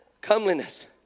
comeliness